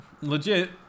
legit